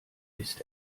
ist